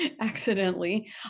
accidentally